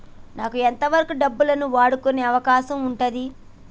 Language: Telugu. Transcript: నాకు ఎంత వరకు డబ్బులను వాడుకునే అవకాశం ఉంటది?